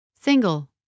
Single